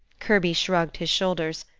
kirby shrugged his shoulders.